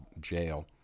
jail